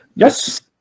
Yes